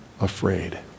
afraid